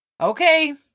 Okay